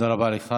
תודה רבה לך.